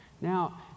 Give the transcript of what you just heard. Now